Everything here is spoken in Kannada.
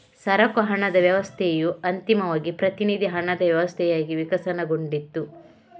ಸರಕು ಹಣದ ವ್ಯವಸ್ಥೆಯು ಅಂತಿಮವಾಗಿ ಪ್ರತಿನಿಧಿ ಹಣದ ವ್ಯವಸ್ಥೆಯಾಗಿ ವಿಕಸನಗೊಂಡಿತು